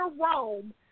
Rome